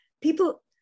People